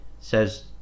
Says